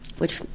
which,